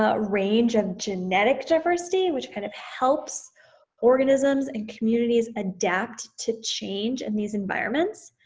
ah range of genetic diversity, which kind of helps organisms and communities adapt to change in these environments.